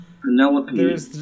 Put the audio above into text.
Penelope